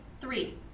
three